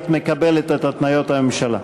את מקבלת את התניות הממשלה?